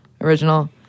original